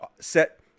set